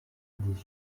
dix